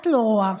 את לא רואה?